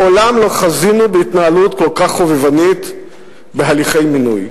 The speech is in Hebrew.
מעולם לא חזינו בהתנהלות כל כך חובבנית בהליכי מינוי.